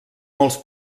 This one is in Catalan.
molts